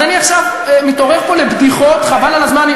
אז אני עכשיו מתעורר פה לבדיחות, חבל על הזמן.